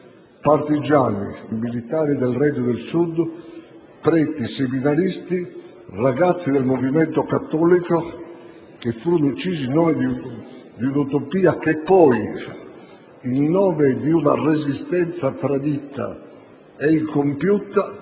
partigiani, militari del Regno del Sud, preti seminaristi, ragazzi del movimento cattolico, che furono uccisi in nome di un'utopia che poi, in nome di una Resistenza tradita ed incompiuta,